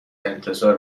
انتظار